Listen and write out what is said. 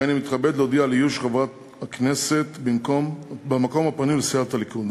הריני מתכבד להודיע על איוש במקום הפנוי לסיעת הליכוד.